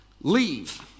leave